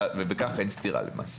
ובכך אין סתירה למעשה.